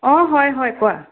অঁ হয় হয় কোৱা